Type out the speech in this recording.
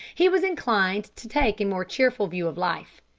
he was inclined to take a more cheerful view of life.